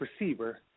receiver